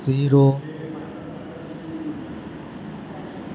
શીરો